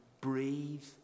breathe